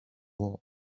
walls